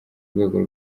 rwego